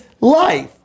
life